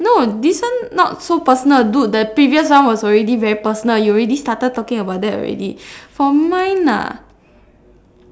no this one not so personal dude the previous one was already very personal you already started talking about that already for mine ah